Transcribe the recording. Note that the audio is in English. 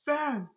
Bam